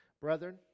Brethren